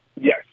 Yes